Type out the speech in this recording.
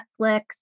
Netflix